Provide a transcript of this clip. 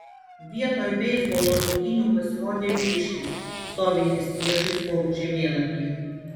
vietoj beisbolo rungtynių pasirodė vyriškis stovintis priešais orų žemėlapį